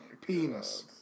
penis